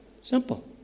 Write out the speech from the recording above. Simple